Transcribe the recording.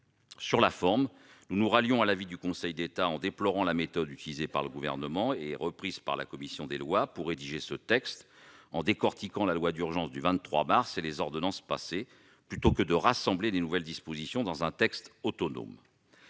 Sur la forme, nous nous rallions à l'avis du Conseil d'État en déplorant la méthode utilisée par le Gouvernement et reprise par la commission des lois pour rédiger ce texte en décortiquant la loi d'urgence du 23 mars et les ordonnances passées, plutôt que de rassembler les nouvelles dispositions dans un texte autonome.